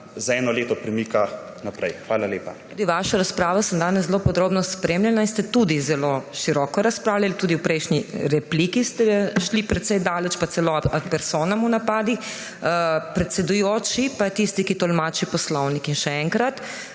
za eno leto premika naprej. Hvala lepa. PODPREDSEDNICA MAG. MEIRA HOT: Tudi vašo razpravo sem danes zelo podrobno spremljala in ste tudi zelo široko razpravljali, tudi v prejšnji repliki ste šli precej daleč in celo ad personam v napadih. Predsedujoči pa je tisti, ki tolmači poslovnik. In še enkrat,